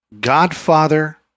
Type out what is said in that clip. Godfather